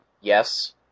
yes